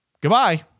Goodbye